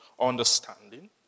understanding